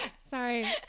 Sorry